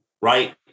right